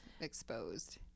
exposed